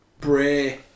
Bray